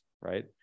right